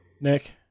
Nick